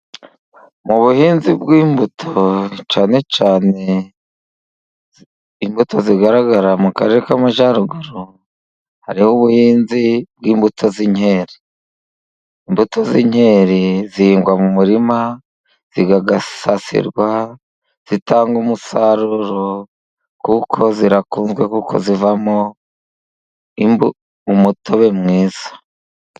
Mu buhinzi bw'imbuto cyane cyane imbuto zigaragara mu kace k'Amajyaruguru, hariho ubuhinzi bw'imbuto z'inkeri. Imbuto z'inkeri zihingwa mu murima, zigasasirwa, zitanga umusaruro, kuko zirakunzwe, kuko zivamo umutobe mwiza.